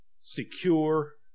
secure